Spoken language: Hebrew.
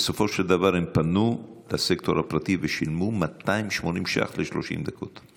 בסופו של דבר הם פנו לסקטור הפרטי ושילמו 280 שקלים ל-30 דקות.